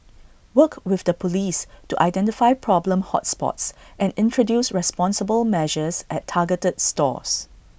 work with the Police to identify problem hot spots and introduce responsible measures at targeted stores